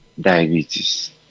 diabetes